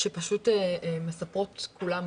שפשוט מספרות כולן,